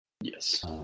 Yes